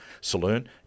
Saloon